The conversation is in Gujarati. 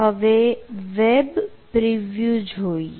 હવે વેબ પ્રી વ્યુ જોઈએ